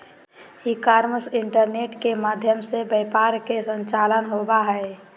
ई commerce internet के माध्यम से व्यापार के संचालन होबा हइ